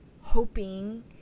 hoping